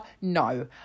no